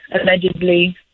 allegedly